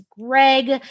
greg